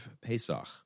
Pesach